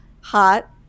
hot